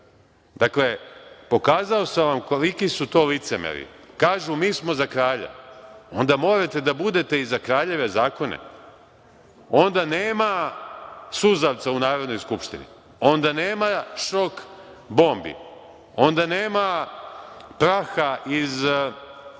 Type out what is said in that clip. MZ/IRDakle, pokazao sam vam koliki su to licemeri. Kažu – mi smo za kralja. Onda morate da budete i za kraljeve zakone. Onda nema suzavca u Narodnoj skupštini, onda nema šok bombi, onda nema praha iz